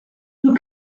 who